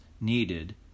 needed